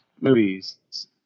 movies